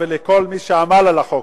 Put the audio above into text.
אני מזמין את הראשון מבין מציעי החוק,